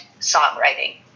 songwriting